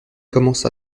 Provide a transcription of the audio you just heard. commence